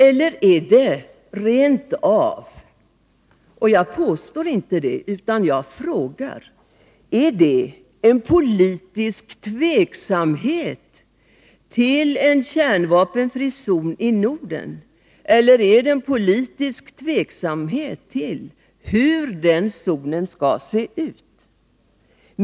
Eller är det rent av — jag påstår inte att det är det, utan jag frågar — en politisk tveksamhet till en kärnvapenfri zon i Norden? Eller är det en politisk tveksamhet till hur en sådan zon skall se ut?